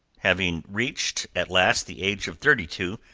having reached, at last, the age of thirty-two,